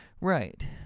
Right